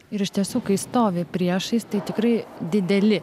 ir iš tiesų kai stovi priešais tai tikrai dideli